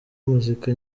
muzika